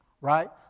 right